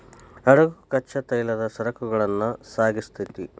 ಹಡಗು ಕಚ್ಚಾ ತೈಲದ ಸರಕುಗಳನ್ನ ಸಾಗಿಸ್ತೆತಿ